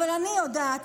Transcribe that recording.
אבל אני יודעת,